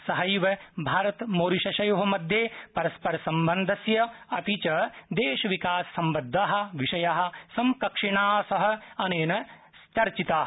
सहैव भारतमॉरिशसयो मध्ये परस्परसम्बन्धस्य अपि च देशविकाससम्बद्धा विषया समकक्षिणा सह अनेन चर्चिता